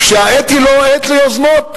שהעת היא לא עת ליוזמות,